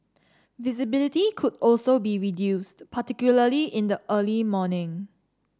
visibility could also be reduced particularly in the early morning